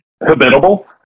habitable